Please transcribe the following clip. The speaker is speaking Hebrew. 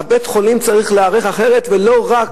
בית-החולים צריך להיערך אחרת ולא רק